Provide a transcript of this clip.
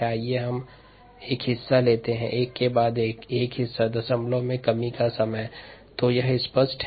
आइए हम इसका एक हिस्सा लेते हैं एक के बाद एक भाग a दशमलव में कमी का समय स्पष्ट है